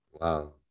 Wow